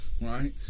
right